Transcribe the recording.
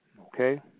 Okay